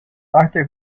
arthur